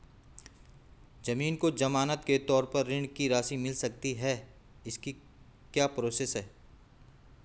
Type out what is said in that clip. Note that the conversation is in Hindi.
ज़मीन को ज़मानत के तौर पर ऋण की राशि मिल सकती है इसकी क्या प्रोसेस है?